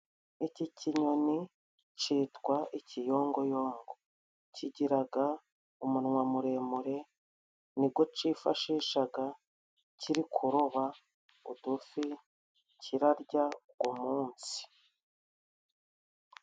Iki kinyoni citwa ikiyongoyongo, kigiraga umunwa muremure nigwo cifashishaga kiri kuroba udufi kirarya ugwo munsi.